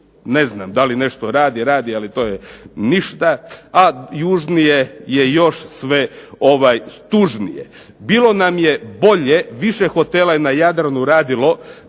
ne znam da li nešto radi, radi ali to je ništa, a južnije je još sve tužnije. Bilo nam je bolje, više hotela je na Jadranu radilo,